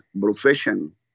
profession